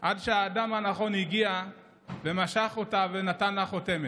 עד שהאדם הנכון הגיע ומשך אותה ונתן לה חותמת.